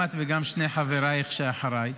גם את וגם שני חברייך שאחרייך